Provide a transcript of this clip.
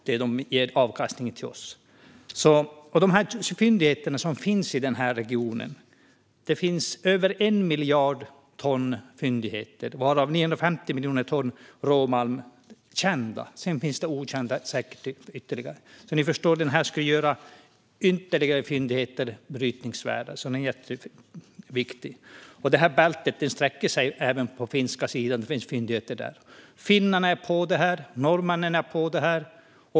Det finns fyndigheter i regionen. Det är fyndigheter på över 1 miljard ton varav 950 miljoner ton råmalm som är kända. Sedan finns det säkert ytterligare okända. Den här satsningen skulle göra ytterligare fyndigheter brytningsvärda. Det är jätteviktigt. Bältet sträcker sig även på den finska sidan. Det finns fyndigheter där. Finnarna och norrmännen är för detta.